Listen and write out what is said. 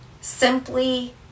Simply